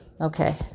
Okay